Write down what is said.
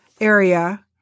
area